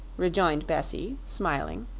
rejoined bessie, smiling.